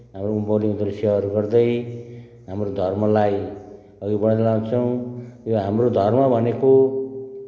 हाम्रो उँभौली उँधौली सेवाहरू गर्दै हाम्रो धर्मलाई अघि बढाउँदै लान्छौँ यो हाम्रो धर्म भनेको